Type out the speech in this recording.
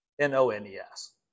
N-O-N-E-S